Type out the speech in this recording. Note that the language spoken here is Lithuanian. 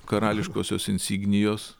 karališkosios insignijos